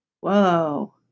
whoa